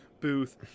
Booth